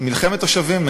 מה זה מלחמת תושבים?